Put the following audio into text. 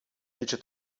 dice